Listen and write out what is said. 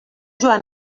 joan